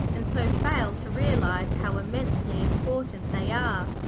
and so fail to realize how immensely important they are.